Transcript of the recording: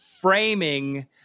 framing